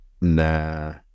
nah